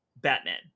Batman